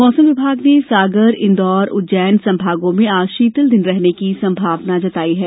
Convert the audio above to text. मौसम विभाग ने सागर इंदौर उज्जैन संभागों में आज शीतलदिन रहने की संभावना जताई है